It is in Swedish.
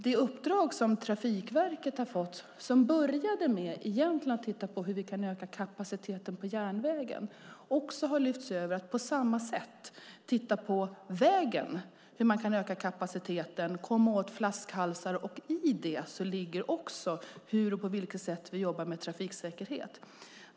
Det uppdrag som Trafikverket fått, och som egentligen började med att de skulle titta på hur vi kan öka kapaciteten på järnväg, har också lyfts in. De ska på samma sätt titta på vägarna, hur man kan öka kapaciteten och komma åt flaskhalsar. I det ligger även hur vi jobbar med trafiksäkerhet.